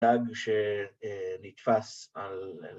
‫דג שנתפס על...